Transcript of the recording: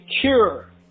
cure